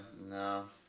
No